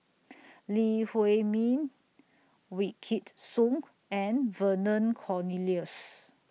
Lee Huei Min Wykidd Song and Vernon Cornelius